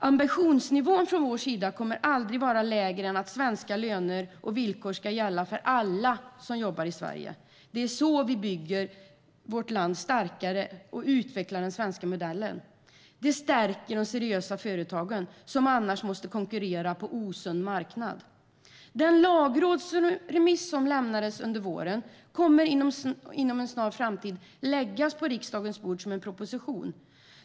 Ambitionsnivån från vår sida kommer aldrig att vara lägre än att svenska löner och villkor ska gälla för alla som jobbar i Sverige. Det är så vi bygger vårt land starkare och utvecklar den svenska modellen. Det stärker de seriösa företagen, som annars måste konkurrera på en osund marknad. Den lagrådsremiss som lämnades under våren kommer inom en snar framtid att leda till att en proposition läggs på riksdagens bord.